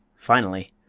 finally,